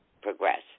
progress